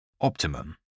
Optimum